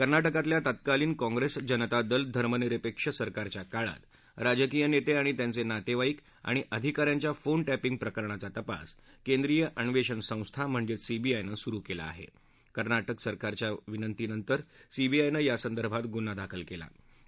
कर्नांककातल्या तत्कालीन काँग्रस्त्व जनता दल धर्मनिरपद्ध सरकारच्या काळात राजकीय नत्तात्मांचनितत्तईक आणि अधिकाऱ्यांच्या फोन प्रिंग प्रकरणाचा तपास केंद्रीय अन्वाचा संस्था सीबीआयनं सुरु कला आह केर्ना के सरकारच्या विनंतीनंतर सीबीआयनं यासंदर्भात गुन्हा दाखल करण्यात आला